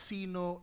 Sino